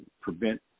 prevent